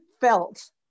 felt